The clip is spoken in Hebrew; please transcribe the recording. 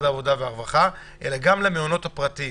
בוועדה שלכם אתם עוסקים בזה, גם אנחנו עוסקים בזה.